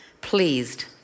pleased